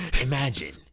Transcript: Imagine